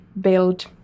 build